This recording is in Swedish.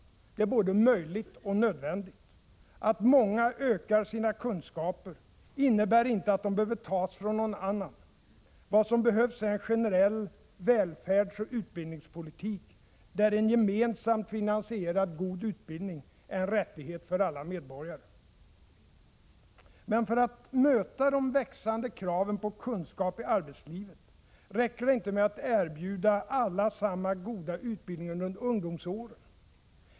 Det är både möjligt och nödvändigt. Att många ökar sina kunskaper innebär inte att de behöver tas från någon annan. Vad som behövs är en generell välfärdsoch utbildningspolitik, där en gemensamt finansierad, god utbildning är en rättighet för alla medborgare. Men för att möta de växande kraven på kunskap i arbetslivet räcker det inte att erbjuda alla samma goda utbildning under ungdomsåren.